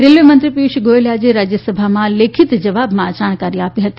railway મંત્રી પિયુષ ગોયલે આજે રાજ્યસભામાં લેખિત જવાબમાં આ જાણકારી આપી હતી